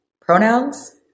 Pronouns